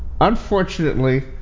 Unfortunately